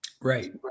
Right